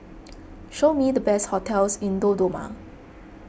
show me the best hotels in Dodoma